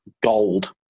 gold